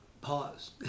pause